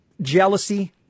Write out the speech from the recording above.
jealousy